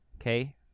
Okay